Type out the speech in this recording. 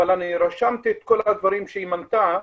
רשמתי את כל הדברים שהיא מנתה,